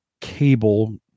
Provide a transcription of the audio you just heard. cable